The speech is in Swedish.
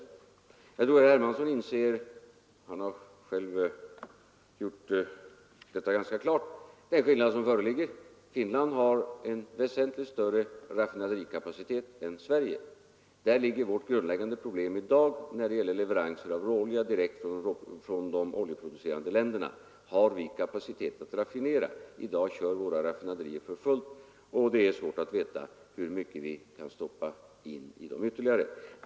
Men jag tror att herr Hermansson inser den skillnad som där föreligger — han har själv gjort detta ganska klart. Finland har väsentligt större raffinaderikapacitet än Sverige. Där ligger vårt grundläggande problem i dag, när det gäller leveranser av råvara direkt från de oljeproducerande länderna. Har vi tillräcklig kapacitet för att raffinera? I dag kör våra raffinaderier för fullt, och det är svårt att veta hur mycket vi kan stoppa in i dem ytterligare.